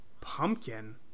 pumpkin